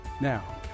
Now